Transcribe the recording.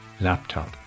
laptop